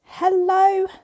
Hello